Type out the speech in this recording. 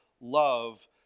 love